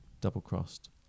double-crossed